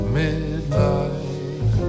midnight